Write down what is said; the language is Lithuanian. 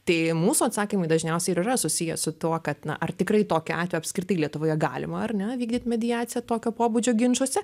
tai mūsų atsakymai dažniausia ir yra susiję su tuo kad na ar tikrai tokia ačiū apskritai lietuvoje galima ar ne vykdyt mediaciją tokio pobūdžio ginčuose